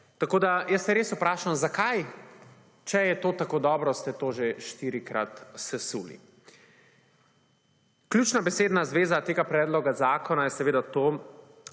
Tako, da jaz se res vprašam zakaj, če je to tako dobro, ste to že štirikrat sesuli. Ključna besedna zveza tega predloga zakona je seveda to,